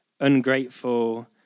ungrateful